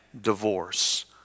divorce